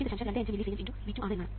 25 millisiemens x V2 ആണ് എന്നാണ്